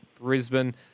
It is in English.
Brisbane